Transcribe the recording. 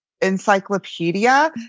encyclopedia